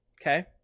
okay